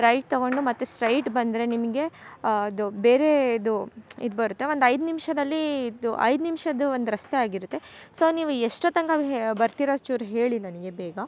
right ತಗೊಂಡು ಮತ್ತು straight ಬಂದರೆ ನಿಮಗೆ ಅದು ಬೇರೆ ಇದು ಇದು ಬರುತ್ತೆ ಒಂದು ಐದು ನಿಮಿಷದಲ್ಲಿ ಇದು ಐದು ನಿಮಿಷದ್ದು ಒಂದು ರಸ್ತೆ ಆಗಿರುತ್ತೆ ಸೊ ನೀವು ಎಷ್ಟೋತಂಕ ಹೇ ಬರ್ತಿರ ಚೂರು ಹೇಳಿ ನನಗೆ ಬೇಗ